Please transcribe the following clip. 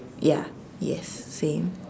ya yes same